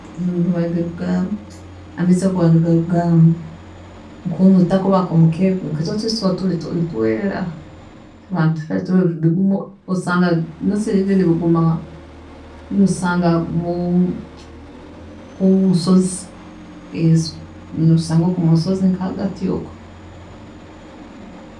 ﻿Nibiba nibiruga, amaizi ago gaba nigaruga, nkomwiitaka oba nka’omu cave, otwiizi otu tuba nitwera, osanga mostly even nibiguma nobisanga mu- munsozi ezo, nobisanga oku munsozi nka’ahagati oku.